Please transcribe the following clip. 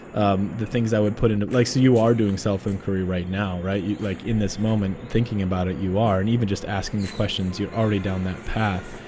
um the things i would put in it, like, see, you are doing self-inquiry right now. right. like in this moment, thinking about it, you are. and even just asking the questions, you're already down that path.